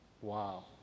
Wow